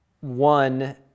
one